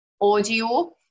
audio